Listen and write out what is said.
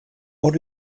hor